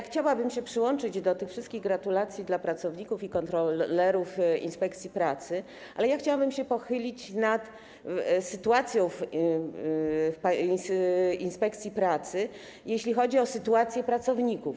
Chciałabym się przyłączyć do tych wszystkich gratulacji dla pracowników i kontrolerów inspekcji pracy, ale chciałabym też pochylić się nad sytuacją w inspekcji pracy, jeśli chodzi o sytuację pracowników.